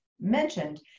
mentioned